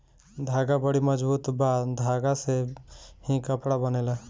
धागा बड़ी मजबूत बा धागा से ही कपड़ा बनेला